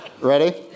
Ready